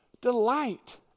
Delight